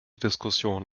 diskussion